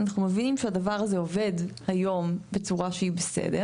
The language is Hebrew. אנחנו מבינים שהדבר זה עובד היום בצורה שהיא בסדר